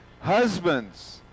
Husbands